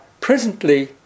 presently